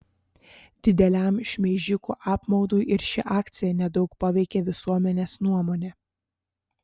dideliam šmeižikų apmaudui ir ši akcija nedaug paveikė visuomenės nuomonę